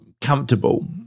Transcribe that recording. comfortable